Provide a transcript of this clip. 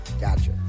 Gotcha